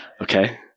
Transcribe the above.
Okay